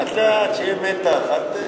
לאט-לאט, שיהיה מתח.